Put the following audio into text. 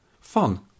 fun